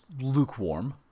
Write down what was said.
lukewarm